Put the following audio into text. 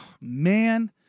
Man